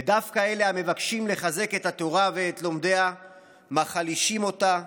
ודווקא אלה המבקשים לחזק את התורה ואת לומדיה מחלישים אותה,